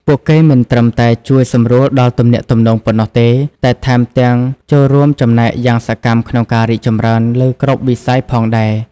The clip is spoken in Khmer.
ពួកគេមិនត្រឹមតែជួយសម្រួលដល់ទំនាក់ទំនងប៉ុណ្ណោះទេ តែថែមទាំងចូលរួមចំណែកយ៉ាងសកម្មក្នុងការរីកចម្រើនលើគ្រប់វិស័យផងដែរ។